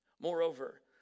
Moreover